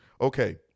Okay